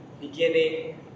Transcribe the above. beginning